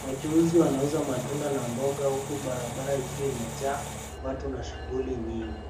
Wachuuzi wanauza matunda na mboga huku barabara ikiwa imejaa watu na shughuli nyingi.